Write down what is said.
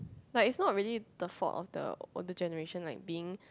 like it's not really the fault of the older generation like being